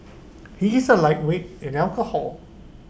he is A lightweight in alcohol